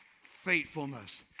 Faithfulness